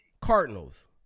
Cardinals